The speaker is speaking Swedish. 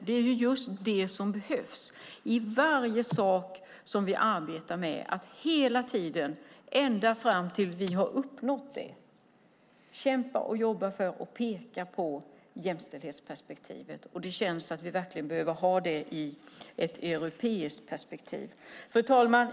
Det är just det som behövs, att vi i varje sak som vi arbetar med hela tiden, ända fram tills vi har uppnått det, kämpa och jobba för och peka på jämställdhetsperspektivet. Det känns att vi verkligen behöver ha det i ett europeiskt perspektiv. Fru talman!